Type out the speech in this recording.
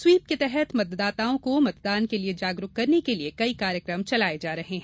SVEEP के तहत मतदाताओं को मतदान के लिए जागरुक करने के लिए कई कार्यक्रम चलाए जा रहे हैं